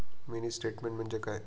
Mini statement म्हणजे काय?